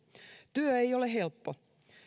työ ei ole helppo